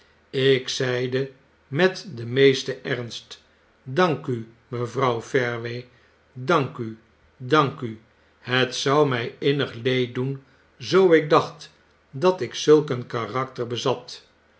ik zeide met den meesten ernst dank u mevrouw fareway dank u dank u het zou my innig leed doen zoo ik dacht dat ik zulk een karakter bezat